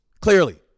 clearly